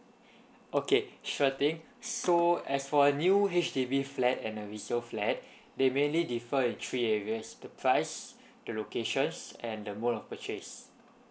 okay sure thing so as for a new H_D_B flat and a resale flat they mainly differ in three areas the prices the locations and the mode of purchase